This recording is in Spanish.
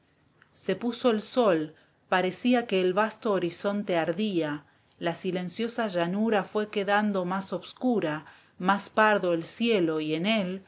se puso el sol parecía que el vasto horizonte ardía la silenciosa llanura fué quedando más obscura más pardo el cielo y en él